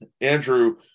Andrew